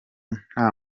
nta